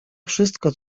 wszystko